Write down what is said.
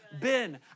Ben